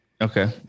Okay